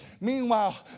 Meanwhile